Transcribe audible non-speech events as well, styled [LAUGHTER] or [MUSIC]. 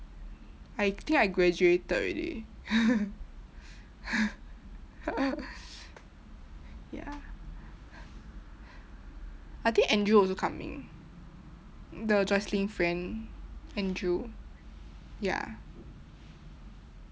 I think I graduated already [LAUGHS] ya I think andrew also coming the jocelyn friend andrew ya